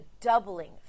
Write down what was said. doubling